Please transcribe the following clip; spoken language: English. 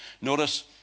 Notice